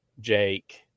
Jake